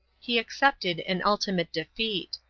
he accepted an ultimate defeat.